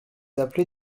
appeler